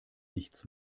nichts